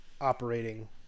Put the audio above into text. operating